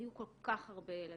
היו כל כך הרבה ילדים,